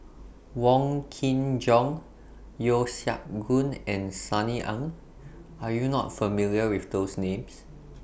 Wong Kin Jong Yeo Siak Goon and Sunny Ang Are YOU not familiar with those Names